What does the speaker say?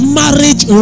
marriage